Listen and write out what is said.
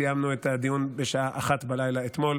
סיימנו את הדיון בשעה 01:00 אתמול.